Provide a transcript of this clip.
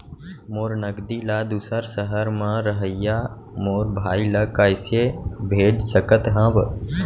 मोर नगदी ला दूसर सहर म रहइया मोर भाई ला कइसे भेज सकत हव?